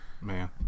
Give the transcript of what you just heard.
Man